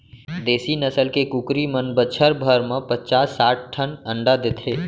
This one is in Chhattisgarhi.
देसी नसल के कुकरी मन बछर भर म पचास साठ ठन अंडा देथे